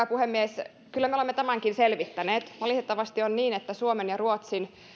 puhemies arvoisa edustaja kyllä me olemme tämänkin selvittäneet valitettavasti on niin että suomen ja ruotsin